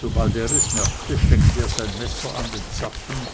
sobald er es merkte steckte er sein messer an den zapfen